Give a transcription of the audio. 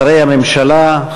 שרי הממשלה,